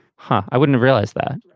but i wouldn't realize that.